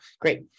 Great